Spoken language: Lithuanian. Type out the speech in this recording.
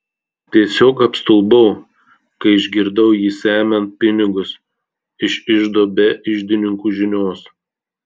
tiesiog apstulbau kai išgirdau jį semiant pinigus iš iždo be iždininkų žinios